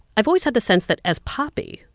i've always had the sense that as papi,